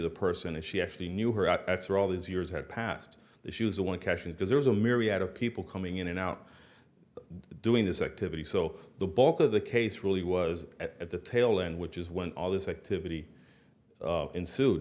the person that she actually knew her out after all these years had passed the she was the one question because there was a myriad of people coming in and out doing this activity so the bulk of the case really was at the tail end which is when all this activity ensued